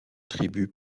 tribus